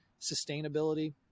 sustainability